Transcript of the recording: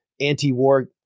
anti-war